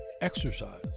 exercise